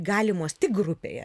galimos tik grupėje